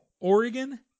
Oregon